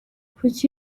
kuki